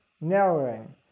narrowing